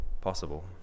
possible